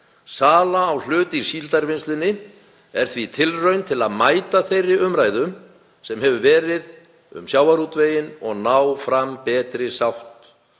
Sala á hlut í Síldarvinnslunni er því tilraun til að mæta þeirri umræðu sem hefur verið um sjávarútveginn og ná fram betri sátt